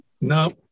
No